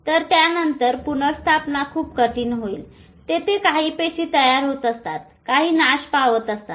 तर त्यानंतर पुनर्स्थापना खूप कठीण होईल तेथे कांही पेशी तयार होत असतात तर कांही नाश पावत असतात